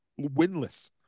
winless